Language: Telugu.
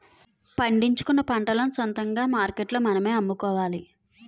పండించుకున్న పంటలను సొంతంగా మార్కెట్లో మనమే అమ్ముకోవాలి